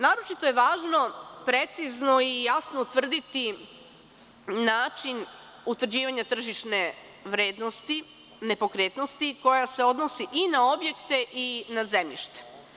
Naročito je važno precizno i jasno utvrditi način utvrđivanja tržišne vrednosti nepokretnosti koja se odnosi i na objekte i na zemljište.